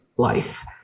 life